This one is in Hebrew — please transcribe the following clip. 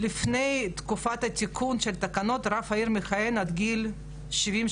לפני תקופת התיקון של התקנות רב העיר מכהן עד גיל 75-70,